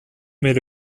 mais